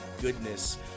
goodness